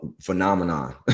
phenomenon